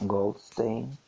Goldstein